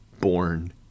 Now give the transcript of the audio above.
born